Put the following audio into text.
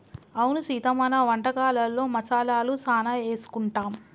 అవును సీత మన వంటకాలలో మసాలాలు సానా ఏసుకుంటాం